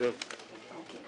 שלוש דקות לכל חבר כנסת.